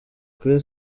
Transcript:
kuri